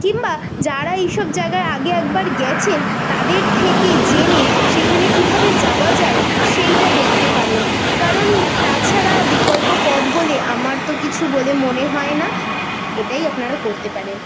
কিংবা যারা এই সব জায়গায় আগে একবার গেছেন তাদের থেকে জেনে সেখানে কীভাবে যাওয়া যায় সেইটা দেখতে পারেন কারণ তাছাড়া বিকল্প পথ বলে আমার তো কিছু বলে মনে হয় না এটাই আপনারা করতে পারেন